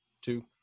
two